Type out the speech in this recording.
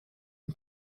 une